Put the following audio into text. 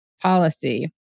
policy